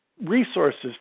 resources